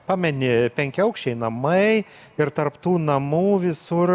pameni penkiaaukščiai namai ir tarp tų namų visur